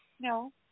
No